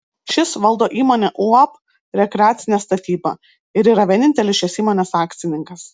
šis valdo įmonę uab rekreacinė statyba ir yra vienintelis šios įmonės akcininkas